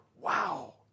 Wow